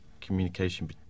communication